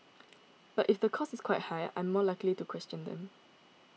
but if the cost is quite high I am more likely to question them